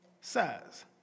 says